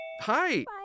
Hi